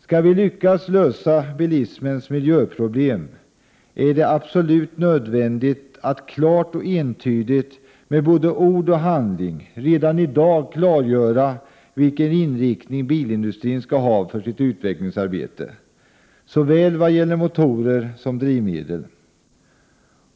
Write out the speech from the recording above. Skall vi lyckas lösa bilismens miljöproblem är det absolut nödvändigt att klart och entydigt i både ord och handling redan i dag klargöra vilken inriktning bilindustrin skall ha för sitt utvecklingsarbete vad gäller såväl motorer som drivmedel.